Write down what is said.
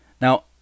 Now